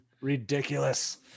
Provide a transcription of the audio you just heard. Ridiculous